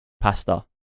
Pasta